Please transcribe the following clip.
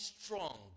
strong